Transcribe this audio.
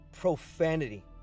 profanity